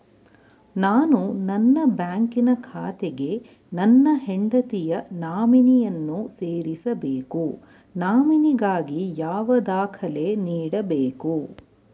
ನಾನು ನನ್ನ ಬ್ಯಾಂಕಿನ ಖಾತೆಗೆ ನನ್ನ ಹೆಂಡತಿಯ ನಾಮಿನಿಯನ್ನು ಸೇರಿಸಬೇಕು ನಾಮಿನಿಗಾಗಿ ಯಾವ ದಾಖಲೆ ನೀಡಬೇಕು?